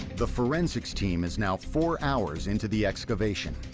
the forensic team is now four hours into the excavation.